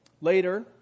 Later